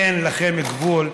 אין לכם גבול,